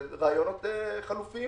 ורעיונות חלופיים